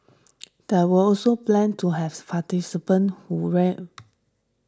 there were also plans to have participants who wear